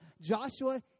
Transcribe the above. Joshua